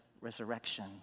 resurrection